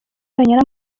yonyine